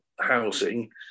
housing